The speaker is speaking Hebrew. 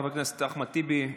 חבר הכנסת אחמד טיבי,